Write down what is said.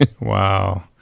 Wow